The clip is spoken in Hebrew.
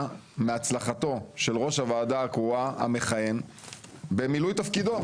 מהצלחתו של ראש הוועדה הקרואה המכהן במילוי תפקידו,